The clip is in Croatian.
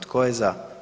Tko je za?